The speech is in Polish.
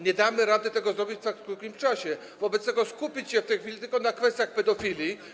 Nie damy rady tego zrobić w tak krótkim czasie, wobec tego należy skupić się w tej chwili tylko na kwestiach pedofilii.